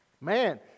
Man